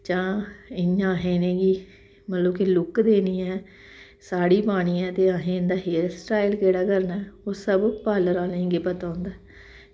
जां इ'यां अहें इ'नेंगी मतलब कि लुक्क देनी ऐ साड़ी पानी ऐ ते अहें इं'दा हेयर स्टाइल केह्ड़ा करना ऐ ओह् सब पार्लर आह्लें गी गै पता होंदा ऐ